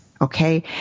okay